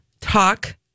talk